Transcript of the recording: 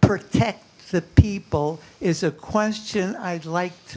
protect the people it's a question i'd like to